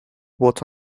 what